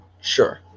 Sure